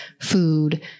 food